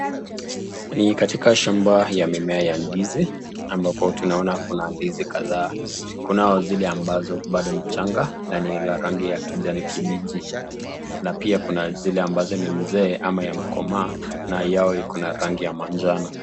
Ni katika shamba ya mimea ya ndizi ambapo tunaona kuna ndizi kadhaa. Kuna zile ambazo bado ni changa na ni la rangi ya kijani kibichi. Na pia kuna zile ambazo ni mzee ama yamekomawa na yawe iko na rangi ya manjano.